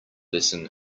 lesson